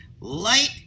Light